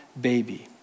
baby